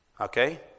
Okay